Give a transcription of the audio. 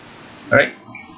right